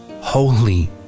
holy